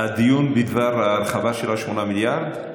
הדיון בדבר ההרחבה של 8 המיליארדים?